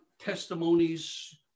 testimonies